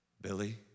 Billy